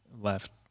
left